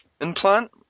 implant